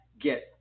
get